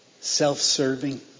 self-serving